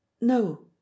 No